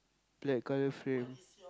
black colour frame